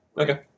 Okay